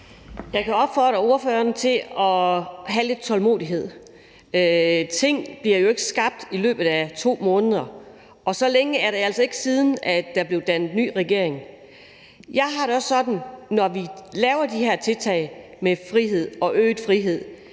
Jeg kan opfordre ordføreren til at have lidt tålmodighed. Ting bliver jo ikke skabt i løbet af 2 måneder, og så længe er det altså ikke siden, at der blev dannet ny regering. Jeg har det også sådan, at når vi laver de her tiltag med frihed og øget frihed,